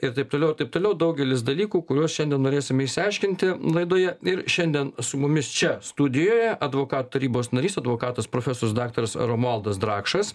ir taip toliau ir taip toliau daugelis dalykų kuriuos šiandien norėsim išsiaiškinti laidoje ir šiandien su mumis čia studijoje advokatų tarybos narys advokatas profesorius daktaras romualdas drakšas